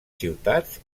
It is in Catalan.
ciutats